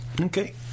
Okay